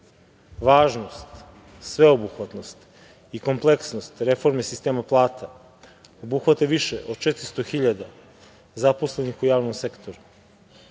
sveobuhvatnost i kompleksnost reforme sistema plata obuhvata više od 400 hiljada zaposlenih u javnom sektoru.